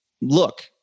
Look